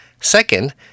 Second